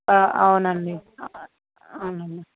అవునండి అవునండి